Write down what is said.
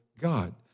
God